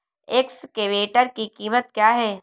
Excavator की कीमत क्या है?